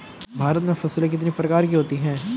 भारत में फसलें कितने प्रकार की होती हैं?